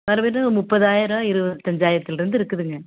மர பீரோ முப்பதாயிரம் இருபத்தஞ்சாயிரத்துலுருந்து இருக்குதுங்க